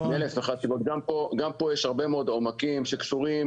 גם פה יש הרבה מאוד עומקים שקשורים